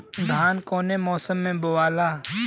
धान कौने मौसम मे बोआला?